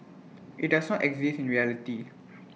IT does not exist in reality